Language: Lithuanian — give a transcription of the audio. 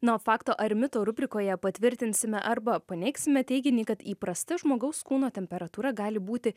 na o fakto ar mito rubrikoje patvirtinsime arba paneigsime teiginį kad įprasta žmogaus kūno temperatūra gali būti